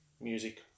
music